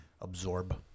absorb